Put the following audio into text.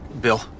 Bill